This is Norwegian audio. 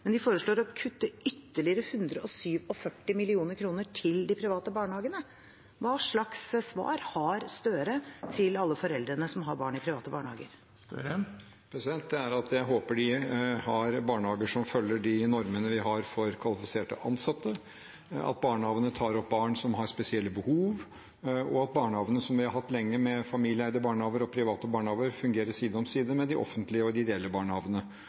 de foreslår å kutte ytterligere 147 mill. kr til de private barnehagene. Hva slags svar har representanten Gahr Støre til alle foreldrene som har barn i private barnehager? Det er at jeg håper de har barnehager som følger de normene vi har for kvalifiserte ansatte, at barnehagene tar opp barn som har spesielle behov, og at barnehagene som vi har hatt lenge, familieeide og private barnehager, fungerer side om side med de offentlige og ideelle barnehagene.